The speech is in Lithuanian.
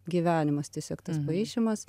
gyvenimas tiesiog tas paišymas